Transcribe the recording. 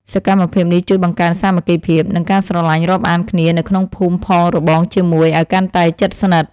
សកម្មភាពនេះជួយបង្កើនសាមគ្គីភាព និងការស្រឡាញ់រាប់អានគ្នានៅក្នុងភូមិផងរបងជាមួយឱ្យកាន់តែជិតស្និទ្ធ។